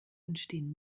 entstehen